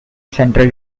central